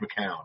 McCown